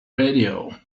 radio